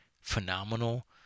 phenomenal